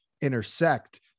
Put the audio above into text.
intersect